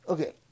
Okay